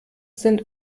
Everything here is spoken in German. sind